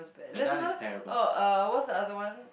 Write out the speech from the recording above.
was bad there's another uh oh what's the other one